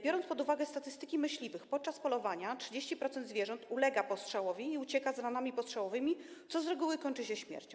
Biorąc pod uwagę statystyki myśliwych, podczas polowania 30% zwierząt ulega postrzałowi i ucieka z ranami postrzałowymi, co z reguły kończy się ich śmiercią.